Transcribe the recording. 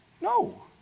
no